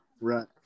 right